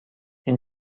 این